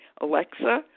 Alexa